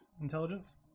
Intelligence